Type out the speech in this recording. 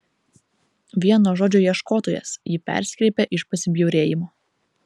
vien nuo žodžio ieškotojas ji persikreipė iš pasibjaurėjimo